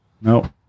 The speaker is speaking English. no